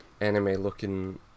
anime-looking